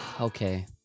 Okay